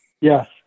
Yes